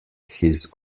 his